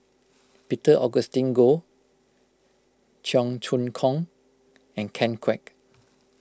Peter Augustine Goh Cheong Choong Kong and Ken Kwek